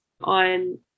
on